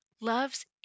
Love's